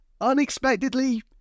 Unexpectedly